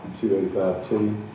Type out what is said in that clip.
285T